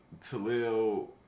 Talil